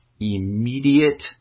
Immediate